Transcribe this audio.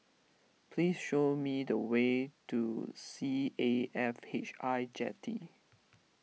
please show me the way to C A F H I Jetty